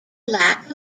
lack